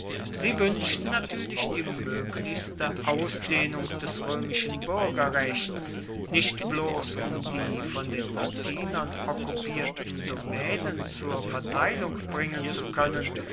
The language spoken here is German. sie wünschten natürlich die möglichste ausdehnung des römischen bürgerrechts nicht bloß um die von den latinern okkupierten domänen zur verteilung bringen zu können